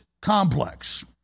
complex